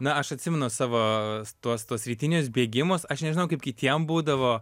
na aš atsimenu savo tuos tuos rytinius bėgimus aš nežinau kaip kitiem būdavo